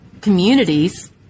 communities